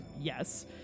Yes